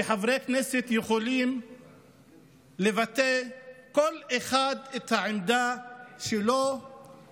שחברי כנסת יכולים לבטא כל אחד את העמדה שלו.